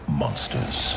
monsters